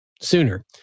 sooner